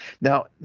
Now